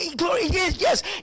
Yes